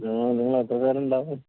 നിങ്ങൾ നിങ്ങളെത്ര പേരുണ്ടാവും